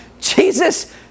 Jesus